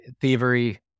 thievery